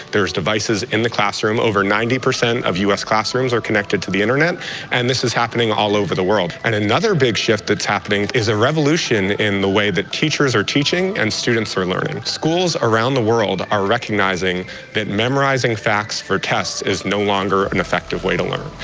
there's devices in the classroom. over ninety percent of u s. classrooms are connected to the internet and this is happening all over the world. and another big shift that's happening is a revolution in the way that teachers are teaching and students are learning. schools around the world are recognizing that memorizing facts for tests is no longer an effective way to learn.